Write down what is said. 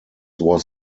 was